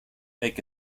take